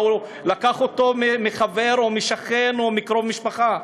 והוא לקח אותו מחבר או משכן או מקרוב משפחה.